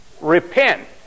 Repent